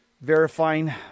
verifying